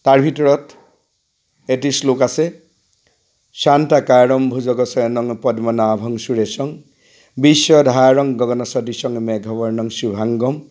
তাৰ ভিতৰত এটি শ্লোক আছে শান্তকাৰম ভূজাগশায়নম মেঘৱৰ্ণম শুভংগম